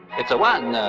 it's a one,